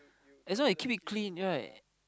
as long he keep it clean right